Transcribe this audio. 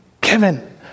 Kevin